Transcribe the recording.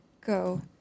go